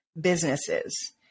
businesses